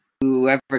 whoever